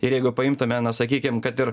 ir jeigu paimtume na sakykim kad ir